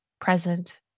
present